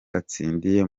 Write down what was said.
atsindiye